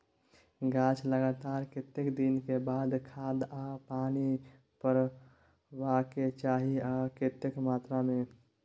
गाछ लागलाक कतेक दिन के बाद खाद आ पानी परबाक चाही आ कतेक मात्रा मे?